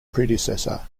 predecessor